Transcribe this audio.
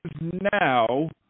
now